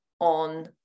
on